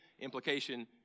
implication